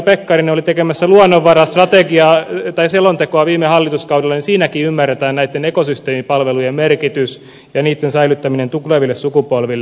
edustaja pekkarinen oli tekemässä luonnonvarastrategiaa tai selontekoa viime hallituskaudella ja siinäkin ymmärretään näiden ekosysteemipalveluiden merkitys ja niiden säilyttäminen tuleville sukupolville